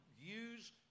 use